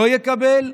לא יקבל?